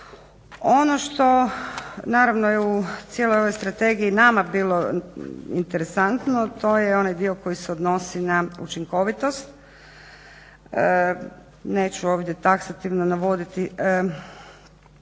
Ono što naravno u cijeloj ovoj strategiji nama bilo interesantno to je onaj dio koji se odnosi na učinkovitost. Neću ovdje taksativno navoditi